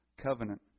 covenant